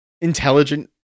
intelligent